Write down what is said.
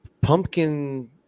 pumpkin